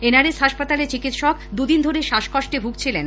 NRS হাসপাতালের চিকিৎসক দু দিন ধরে শ্বাসকস্টে ভুগছিলেন